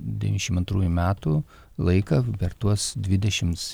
devyniasdešim antrųjų metų laiką per tuos dvidešimts